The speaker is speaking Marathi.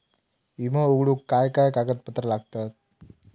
विमो उघडूक काय काय कागदपत्र लागतत?